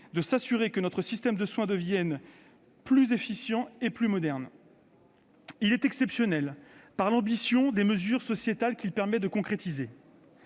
de s'assurer que notre système de soins devienne plus efficient et plus moderne. Il est exceptionnel, aussi, par l'ambition des mesures sociétales qu'il permet de concrétiser.